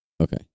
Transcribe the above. Okay